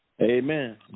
Amen